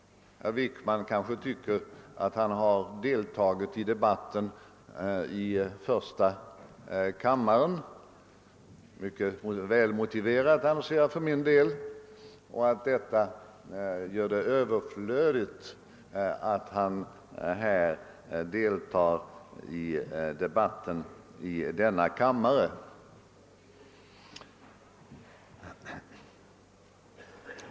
Herr Wickman kanske tycker att han deltagit i debatten i första kammaren — mycket väl motiverat anser jag för min del — så att det nu är överflödigt att han deltar i debatten även i denna kammare.